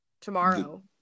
tomorrow